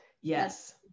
Yes